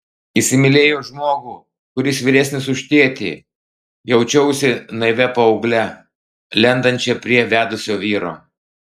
įsimylėjo žmogų kuris vyresnis už tėtį jaučiausi naivia paaugle lendančia prie vedusio vyro